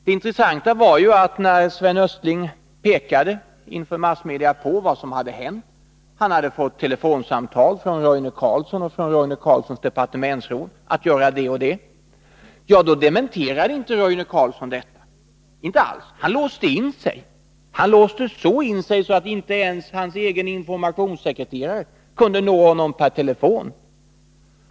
Det intressanta var ju att när Sven Östling inför massmedia pekade på vad som hade hänt — han hade fått telefonsamtal från Roine Carlsson och dennes departementsråd om att göra det och det — så dementerade inte Roine Carlsson detta. Han låste in sig — och på ett sådant sätt att inte ens hans egen informationssekreterare kunde nå honom per telefon.